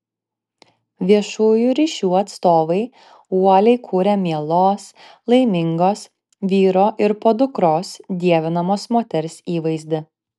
viešųjų ryšių atstovai uoliai kūrė mielos laimingos vyro ir podukros dievinamos moters įvaizdį